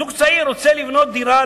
זוג צעיר רוצה לבנות דירה,